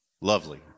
lovely